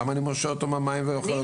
למה אני מושה אותו מהמים ואוכל אותו.